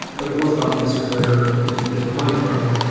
but it wasn't obvious where you'd get the money from.